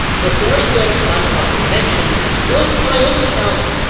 the very first minecraft convention was, by all accounts,